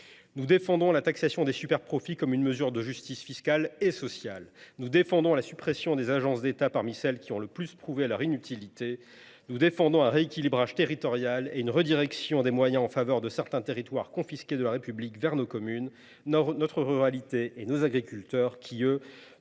Nous défendons la taxation des superprofits, mesure de justice fiscale et sociale. Nous défendons la suppression d’agences d’État parmi celles qui ont le plus prouvé leur inutilité. Nous défendons un rééquilibrage territorial et une réorientation des moyens alloués à certains territoires confisqués de la République vers nos communes, notre ruralité et nos agriculteurs qui, eux,